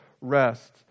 rest